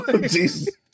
Jesus